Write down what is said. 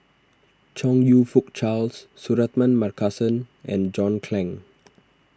Chong You Fook Charles Suratman Markasan and John Clang